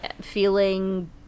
feeling